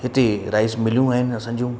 हिते राइस मिलियूं आहिनि असांजूं